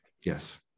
Yes